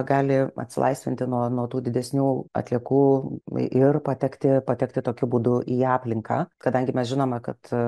gali atsilaisvinti nuo nuo tų didesnių atliekų ir patekti patekti tokiu būdu į aplinką kadangi mes žinome kad